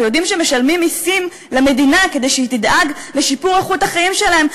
ויודעים שהם משלמים מסים למדינה כדי שהיא תדאג לשיפור איכות החיים שלהם,